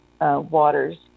waters